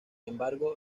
embargo